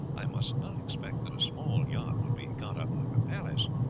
i must not expect that a small yacht would be got up like a palace.